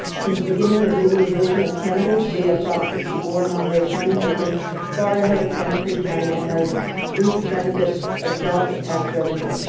since the beginning of legalization of cannabis, via prop sixty four, monterey county, has been far ahead of santa cruz county and has reaped the benefits of jobs and tax revenue.